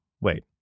Wait